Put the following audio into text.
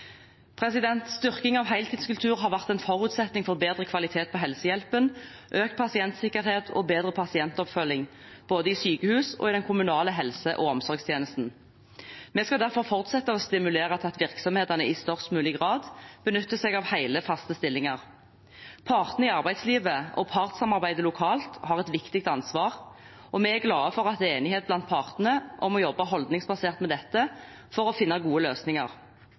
Styrking av en heltidskultur har vært en forutsetning for bedre kvalitet på helsehjelpen, økt pasientsikkerhet og bedre pasientoppfølging, både i sykehus og i den kommunale helse- og omsorgstjenesten. Vi skal derfor fortsette å stimulere til at virksomhetene i størst mulig grad benytter seg av hele, faste stillinger. Partene i arbeidslivet og partssamarbeidet lokalt har et viktig ansvar, og vi er glad for at det er enighet blant partene om å jobbe holdningsbasert med dette for å finne gode løsninger.